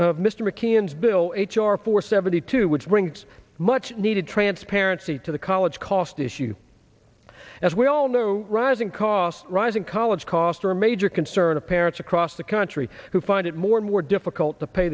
of mr mckeon's bill h r four seventy two which brings much needed transparency to the college cost issue as we all know rising costs rising college costs are a major concern of parents across the country who find it more and more difficult to pay